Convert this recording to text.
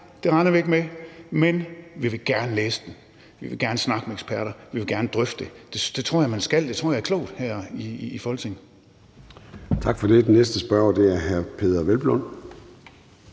det regner vi ikke med, men vi vil gerne læse den; vi vil gerne snakke med eksperter; vi vil gerne drøfte det. Det tror jeg man skal, og det tror jeg er klogt her i Folketinget. Kl. 16:28 Formanden (Søren